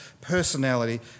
personality